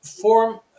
form